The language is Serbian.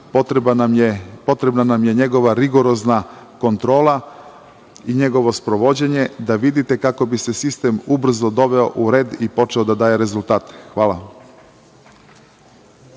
potrebna nam je njegova rigorozna kontrola i njegovo sprovođenje, pa da vidite kako bi se sistem ubrzo doveo u red i počeo da daje rezultate. Hvala.